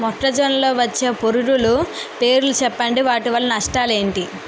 మొక్కజొన్న లో వచ్చే పురుగుల పేర్లను చెప్పండి? వాటి వల్ల నష్టాలు ఎంటి?